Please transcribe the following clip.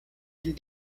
and